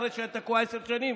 אחרי שזה היה תקוע עשר שנים?